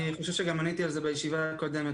אני חושב שגם עניתי על זה בישיבה הקודמת.